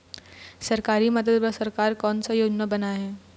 सरकारी मदद बर सरकार कोन कौन सा योजना बनाए हे?